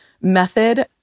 method